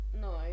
no